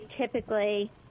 typically